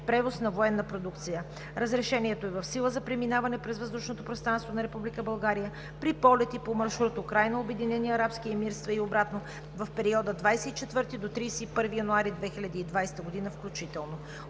превоз на военна продукция. Разрешението е в сила за преминаване през въздушното пространство на Република България при полети по маршрут Украйна – Обединени арабски емирства и обратно в периода от 24 до 31 януари 2020 г. включително.